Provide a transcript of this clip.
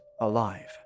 alive